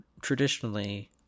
traditionally